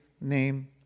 Name